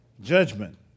Judgment